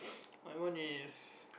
my one is